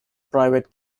private